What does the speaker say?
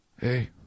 hey